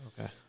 Okay